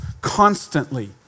constantly